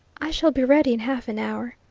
i shall be ready in half an hour,